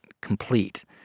complete